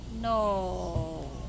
No